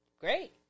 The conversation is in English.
great